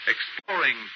Exploring